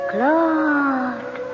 Claude